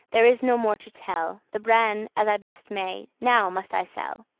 there is no more to tell, the bran, as i best may, now must i sell.